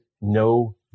no